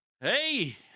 Hey